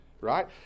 Right